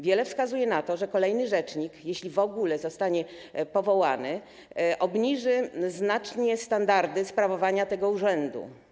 Wiele wskazuje na to, że kolejny rzecznik, jeśli w ogóle zostanie powołany, obniży znacznie standardy sprawowania tego urzędu.